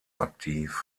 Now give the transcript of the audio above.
aktiv